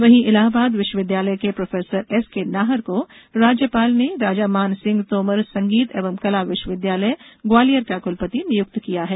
वहीं इलाहबाद विश्वविद्यालय के प्रोफेसर एस के नाहर को राज्यपाल ने राजा मानसिंह तोमर संगीत एवं कला विश्वविद्यालय ग्वालियर का कुलपति नियुक्त किया है